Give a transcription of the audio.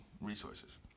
resources